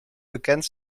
bekend